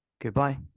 Goodbye